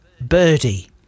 birdie